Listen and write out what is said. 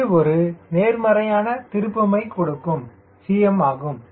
எனவே இது ஒரு நேர்மறையான திருப்புமையை கொடுக்கும்cm0 ஆகும்